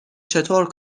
چطور